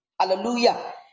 Hallelujah